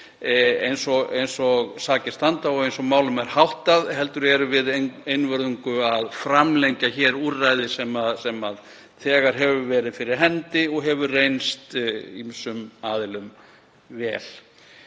eins og sakir standa og eins og málum er háttað, heldur erum við einvörðungu að framlengja úrræði sem þegar hefur verið fyrir hendi og hefur reynst ýmsum aðilum vel.